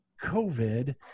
COVID